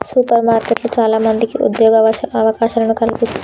super మార్కెట్లు చాల మందికి ఉద్యోగ అవకాశాలను కల్పిస్తంది